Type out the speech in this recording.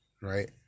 right